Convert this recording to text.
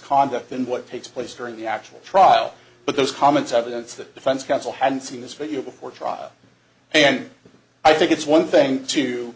conduct and what takes place during the actual trial but those comments out against the defense counsel haven't seen this video before trial and i think it's one thing to